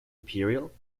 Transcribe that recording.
imperial